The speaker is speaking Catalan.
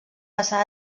passà